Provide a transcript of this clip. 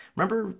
Remember